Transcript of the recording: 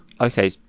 Okay